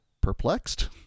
perplexed